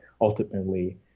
ultimately